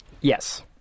Yes